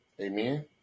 amen